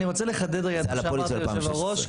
אני רוצה לחדד רגע את מה שאמר פה יושב הראש,